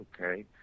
Okay